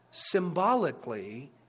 Symbolically